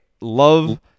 love